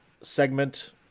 segment